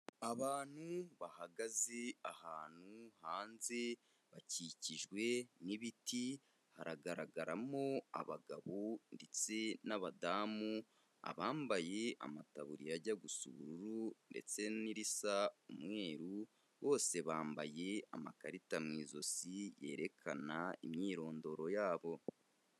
Abantu bahagaze ahantu hanze, bakikijwe n'ibiti haragaragaramo abagabo ndetse n'abadamu, abambaye amataburiya ajya gusa uburu ndetse n'irisa umweru bose bambaye amakarita mu ijosi yerekana imyirondoro yabo.